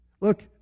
Look